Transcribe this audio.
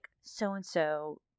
so-and-so